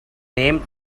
name